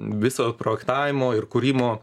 viso projektavimo ir kūrimo